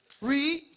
Read